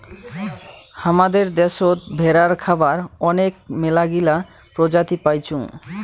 হামাদের দ্যাশোত ভেড়ার খাবার আনেক মেলাগিলা প্রজাতি পাইচুঙ